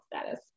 status